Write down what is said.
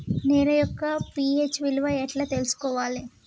నేల యొక్క పి.హెచ్ విలువ ఎట్లా తెలుసుకోవాలి?